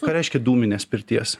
ką reiškia dūminės pirties